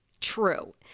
true